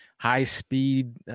High-speed